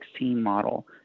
model